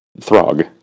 Throg